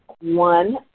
One